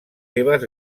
seves